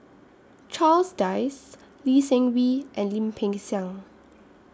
Charles Dyce Lee Seng Wee and Lim Peng Siang